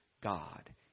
God